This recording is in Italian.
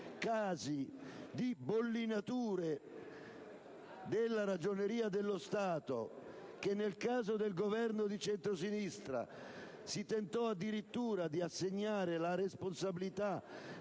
materia di bollinatura della Ragioneria dello Stato: nel caso del Governo di centrosinistra, si tentò addirittura di assegnarne la responsabilità